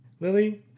Lily